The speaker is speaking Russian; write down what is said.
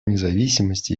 независимости